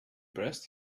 pressed